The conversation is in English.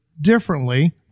differently